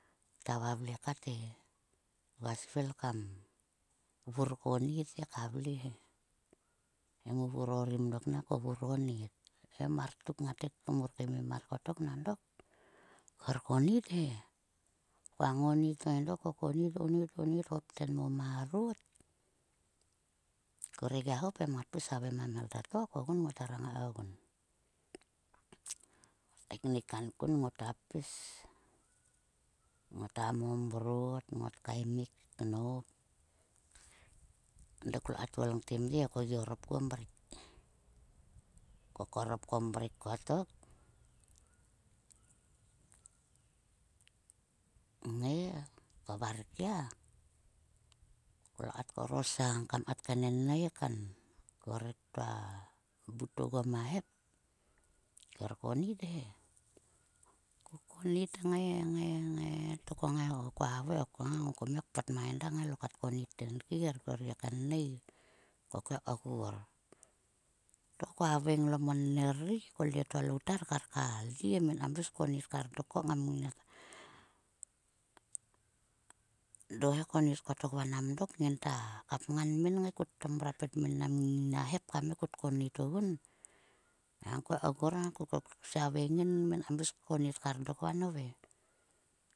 Ta vavle kat e. Kua svil kam vur konit he ka vle he. He muvur orom dok na ko vur orit. He mar tuk ngat ngai mur kaemum mar kotok nang dok kher konit he. Koa ngonit to endo, ko koit, onit, onit khop tenmo marot. Koergia hap ngat pis haveng dok mang a mhel ta to em kogun ngot hera ngai kogun. Ngot kaeknik kankun. Ngot hergia pis ngota momrot ngot kaimik nop. Dok kloat olte mye e ko gi orop kuon mrek. Ko korop ko mrek kotok ngai koa varkia. Klo kat korosang kmenennei kan. Koarikta but oguo ma hep. Ko her gia kennei he. Ko kekgor. To ko haveng lomenner ri. Ko kvek to aloutar kar ka lyie mir kam pis konit kar dok kam ngam ngina dohe konit ko vanam dok. Nginta kapngan min ngai konit. Ngin ti brua pet, min ngai konit ogun. Nang ko kngai kgor sia veng ngin min kam pis konit kar dok va nove.